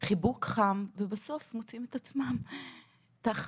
חיבוק חם, ובסוף מוצאים את עצמם תחת